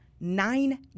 nine